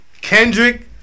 Kendrick